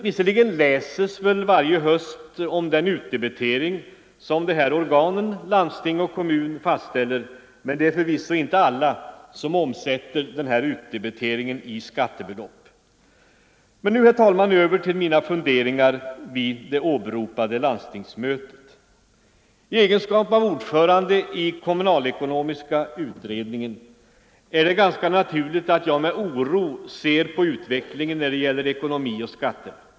Visserligen läses väl varje höst om den utdebitering som landsting och kommun fastställer, men det är förvisso inte alla som omsätter denna utdebitering i skattebelopp. Nu över till mina funderingar vid det åberopade landstingsmötet. I min egenskap av ordförande i kommunalekonomiska utredningen är det ganska naturligt att jag med oro ser på utvecklingen när det gäller ekonomi och skatter.